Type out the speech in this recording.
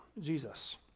Jesus